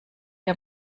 der